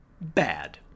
bad